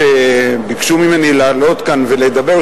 כשביקשו ממני לעלות כאן ולדבר,